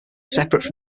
separate